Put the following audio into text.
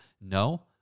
No